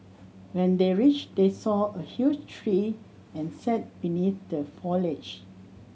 when they reached they saw a huge tree and sat beneath the foliage